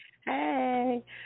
Hey